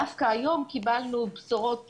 דווקא היום קיבלנו בשורות טובות,